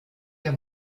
der